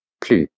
plus